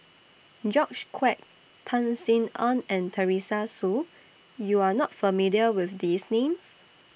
George Quek Tan Sin Aun and Teresa Hsu YOU Are not familiar with These Names